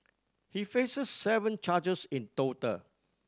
he faces seven charges in total